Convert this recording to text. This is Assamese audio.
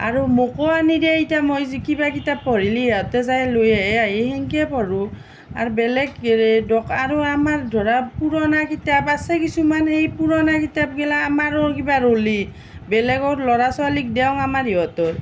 আৰু মোকো আনি দেই ইতা মই যি কিবা কিতাপ পঢ়িলি ইহঁতে যাই লৈ আহে আহি সেনেকৈ পঢ়োঁ আৰু বেলেগ দোকা আৰু আমাৰ ধৰা পুৰণা কিতাপ আছে কিছুমান সেই পুৰণা কিতাপগিলা আমাৰো কিবা ৰ'লি বেলেগৰ ল'ৰা ছোৱালীক দেও আমাৰ ইহঁতৰ